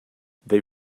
they